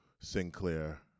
Sinclair